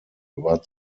war